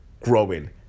growing